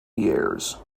years